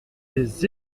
des